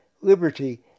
liberty